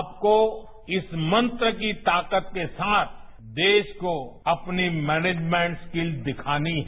आपको इस मंत्र की ताकत के साथ देश को अपनीमैनेजमेंट सकेत दिखानी है